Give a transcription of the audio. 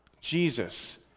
Jesus